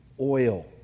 oil